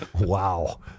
Wow